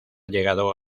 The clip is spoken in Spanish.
llegado